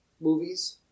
movies